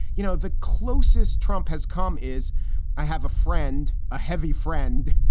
you know, the closest trump has come is i have a friend, a heavy friend.